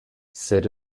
zer